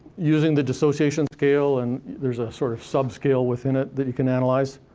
using the dissociation scale, and there's a sort of sub-scale within it that you can analyze.